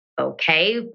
okay